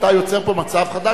אתה יוצר פה מצב חדש.